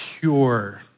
pure